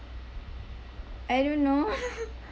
I don't know